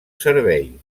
servei